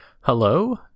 Hello